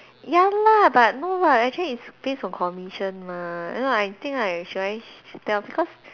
ya lah but no [what] actually is based on commission mah I don't know I think I should I tell because